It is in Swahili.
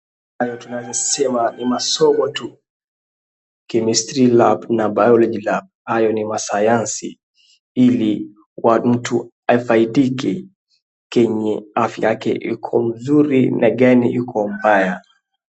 Hapa tunaeza sema ni masomo tu Chemistry lab na Biology lab hayo ni masayansi ili mtu afaidike kenye afya yake iko nzuri na gani iko mbaya.